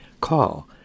Call